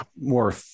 more